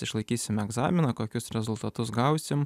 išlaikysime egzaminą kokius rezultatus gausim